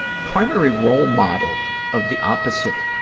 primary role model of the opposite,